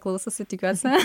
klausosi tikiuosi